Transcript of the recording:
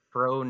Pro